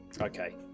Okay